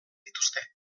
dituzte